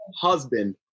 husband